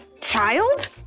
child